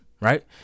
right